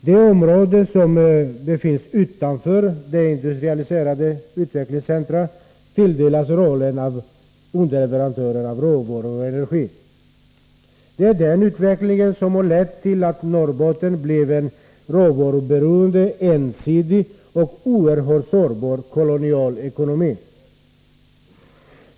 De områden som ligger utanför de industrialiserade utvecklingscentra tilldelas rollen av underleverantör av råvaror och energi. Det är denna utveckling som har lett till att Norrbotten fått en råvaruberoende, ensidig och oerhört sårbar kolonial ekonomi.